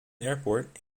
airport